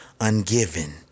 ungiven